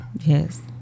Yes